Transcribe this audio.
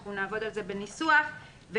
אנחנו נעבוד על זה בניסוח ואז